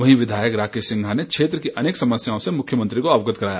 वहीं विधायक राकेश सिंघा ने क्षेत्र की अनेक समस्याओं से मुख्यमंत्री को अवगत करवाया